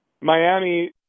Miami